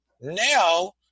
now